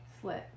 Slit